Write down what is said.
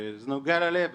וזה נוגע ללב.